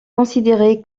considéré